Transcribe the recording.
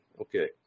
Okay